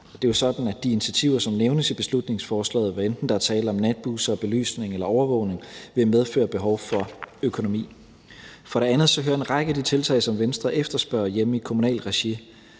Det er jo sådan, at de initiativer, som nævnes i beslutningsforslaget, hvad enten der er tale om natbusser, belysning eller overvågning, vil medføre behov for økonomi. Kl. 10:07 For det andet hører en række af de tiltag, som Venstre efterspørger, hjemme i kommunalt regi,